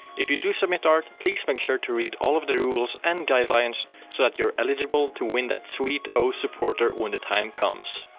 if you do submit art, please make sure to read all of the rules and guidelines so that you're eligible to win that sweet osu! supporter when the time comes!